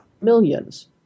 millions